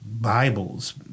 Bibles